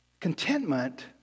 Contentment